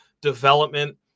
development